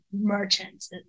merchants